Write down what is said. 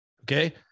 okay